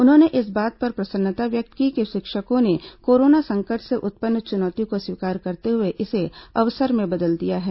उन्होंने इस बात पर प्रसन्नता व्यक्त की कि शिक्षकों ने कोरोना संकट से उत्पन्न चुनौती को स्वीकार करते हुए इसे अवसर में बदल दिया है